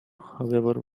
however